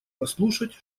послушать